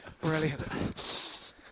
Brilliant